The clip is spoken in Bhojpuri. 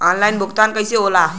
ऑनलाइन भुगतान कईसे होला?